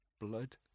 blood